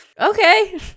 okay